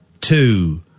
two